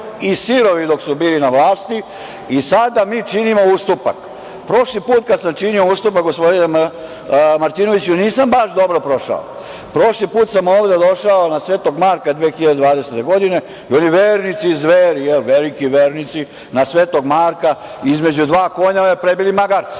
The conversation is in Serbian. i sirovi dok su bili na vlasti, i sada mi činimo ustupak. Prošli put kada sam činio ustupak, gospodine Martinoviću, nisam baš dobro prošao. Prošli put sam ovde došao na Svetog Marka 2020. godine i oni, vernici iz Dveri, veliki vernici, na Svetog Marka između dva konja me prebili magarcem.